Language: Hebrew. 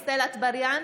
(קוראת בשמות חברי הכנסת) גלית דיסטל אטבריאן,